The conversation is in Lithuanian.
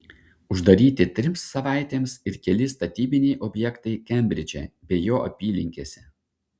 uždaryti trims savaitėms ir keli statybiniai objektai kembridže bei jo apylinkėse